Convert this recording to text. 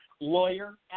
lawyer